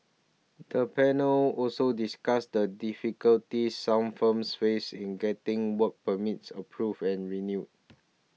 the panel also discussed the difficulties some firms faced in getting work permits approved and renewed